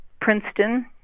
princeton